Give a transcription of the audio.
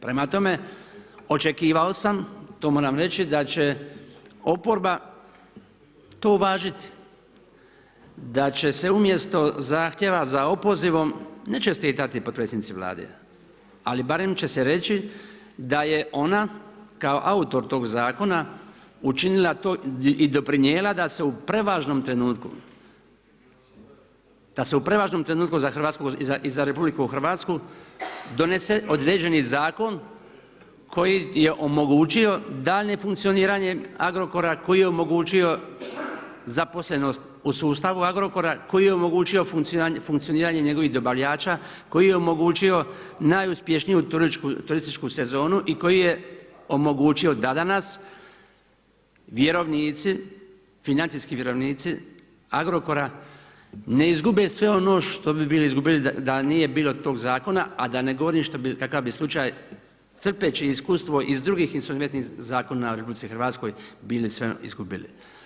Prema tome, očekivao sam to moram reći da će oporba to uvažiti, da će se umjesto zahtjeva za opozivom ne čestitati potpredsjednici Vlade, ali barem će se reći da je ona kao autor tog zakona učinila to i doprinijela da se u prevažnom trenutku za Hrvatsku i za RH donese određeni zakon koji je omogućio daljnje funkcioniranje Agrokora, koji je omogućio zaposlenost u sustavu Agrokora, koji je omogućio funkcioniranje njegovih dobavljača, koji je omogućio najuspješniju turističku sezonu i koji je omogućio da danas vjerovnici, financijski vjerovnici Agrokora ne izgube sve ono što bi bili izgubili da nije bilo tog zakona, a da ne govorim kakav bi slučaj crpeći iskustvo iz drugih insolventnih zakona u Republici Hrvatskoj bili sve izgubili.